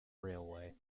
railway